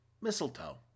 mistletoe